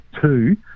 two